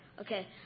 Okay